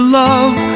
love